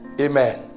Amen